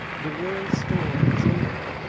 the world storm is over.